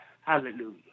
Hallelujah